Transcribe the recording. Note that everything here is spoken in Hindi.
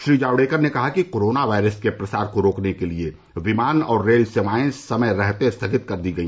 श्री जावड़ेकर ने कहा कि कोरोना वायरस के प्रसार को रोकने के लिये विमान और रेल सेवाएं समय रहते स्थगित कर दी गई